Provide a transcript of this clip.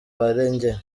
barengeye